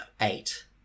eight